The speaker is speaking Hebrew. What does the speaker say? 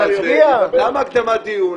למה הקדמת דיון?